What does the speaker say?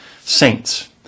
saints